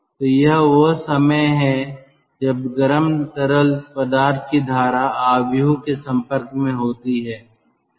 तो यह वह समय है जब गर्म तरल पदार्थ की धारा मैट्रिक्स के संपर्क में होती है